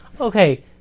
Okay